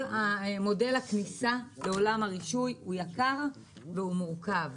כל מודל הכניסה לעולם הרישוי הוא יקר ומורכב.